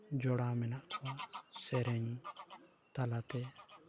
ᱡᱚᱲᱟᱣ ᱢᱮᱱᱟᱜ ᱠᱚᱣᱟ ᱥᱮ ᱥᱮᱨᱮᱧ ᱛᱟᱞᱟᱛᱮ